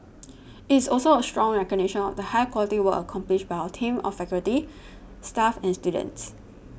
it is also a strong recognition of the high quality work accomplished by our team of faculty staff and students